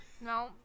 No